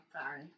Sorry